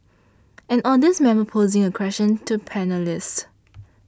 an audience member posing a question to panellists